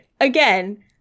again